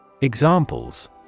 Examples